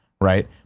right